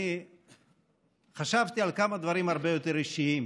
אני חשבתי על כמה דברים הרבה יותר אישיים.